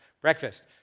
Breakfast